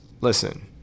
Listen